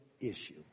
issue